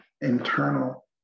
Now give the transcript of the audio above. internal